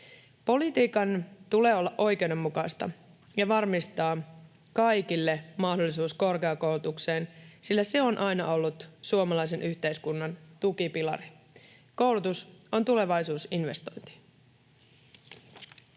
Politiikan tulee olla oikeudenmukaista ja varmistaa kaikille mahdollisuus korkeakoulutukseen, sillä se on aina ollut suomalaisen yhteiskunnan tukipilari. Koulutus on tulevai-suusinvestointi.